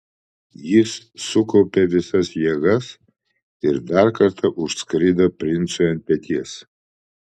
jis sukaupė visas jėgas ir dar kartą užskrido princui ant peties